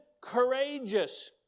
courageous